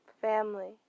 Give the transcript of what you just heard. Family